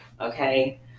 okay